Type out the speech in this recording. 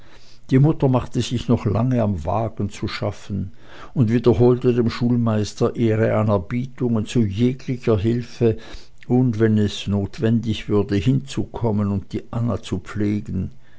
die mutter machte sich noch lange am wagen zu schaffen und wiederholte dem schulmeister ihre anerbietungen zu jeglicher hilfe und wenn es notwendig würde hinzukommen und anna zu pflegen